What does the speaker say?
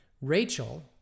Rachel